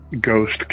ghost